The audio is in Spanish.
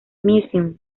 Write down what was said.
museum